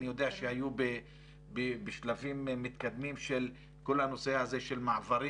יודע שהיו בשלבים מתקדמים של כל הנושא הזה של מעברים